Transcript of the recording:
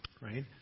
right